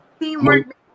Teamwork